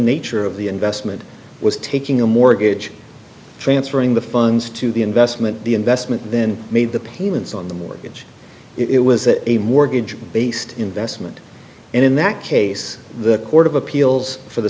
nature of the investment was taking a mortgage transferring the funds to the investment the investment and then made the payments on the mortgage it was a mortgage based investment and in that case the court of appeals for the